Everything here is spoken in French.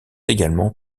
également